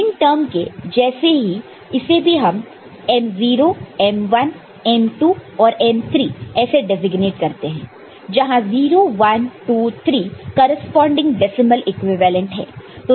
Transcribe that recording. minterm के जैसे ही इसे भी हम M0 M1 M2 और M3 ऐसे डेसिग्नेट करते हैं जहां 0 1 2 3 करेस्पॉन्डिंग डेसिमल इक्विवेलेंट है